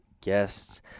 guests